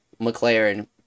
mclaren